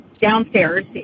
downstairs